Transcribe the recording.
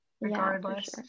regardless